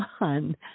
on